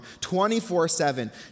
24-7